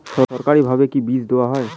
সরকারিভাবে কি বীজ দেওয়া হয়?